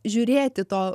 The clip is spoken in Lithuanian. žiūrėti to